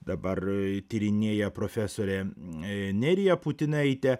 dabar tyrinėja profesorė e nerija putinaitė